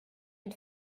une